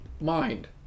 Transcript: Mind